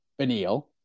Benil